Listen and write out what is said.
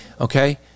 okay